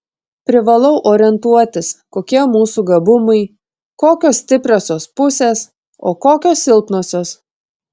privalau orientuotis kokie mūsų gabumai kokios stipriosios pusės o kokios silpnosios